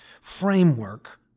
framework